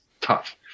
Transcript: tough